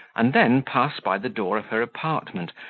and then pass by the door of her apartment,